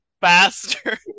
faster